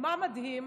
מה מדהים?